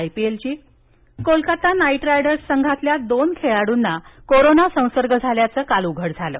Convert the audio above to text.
IPL Kolkata Knight Riders संघातल्या दोन खेळाडूंना कोरोना संसर्ग झाल्याचं काल उघड झालं